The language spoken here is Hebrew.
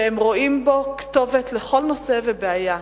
והם רואים בו כתובת לכל נושא ובעיה.